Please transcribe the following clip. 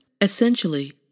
essentially